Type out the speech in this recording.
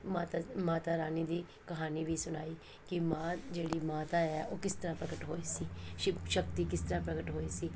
ਮਾਤਾ ਮਾਤਾ ਰਾਣੀ ਜੀ ਕਹਾਣੀ ਵੀ ਸੁਣਾਈ ਕਿ ਮਾਂ ਜਿਹੜੀ ਮਾਤਾ ਹੈ ਉਹ ਕਿਸ ਤਰ੍ਹਾਂ ਪ੍ਰਗਟ ਹੋਈ ਸੀ ਸ਼ਿਵ ਸ਼ਕਤੀ ਕਿਸ ਤਰ੍ਹਾਂ ਪ੍ਰਗਟ ਹੋਈ ਸੀ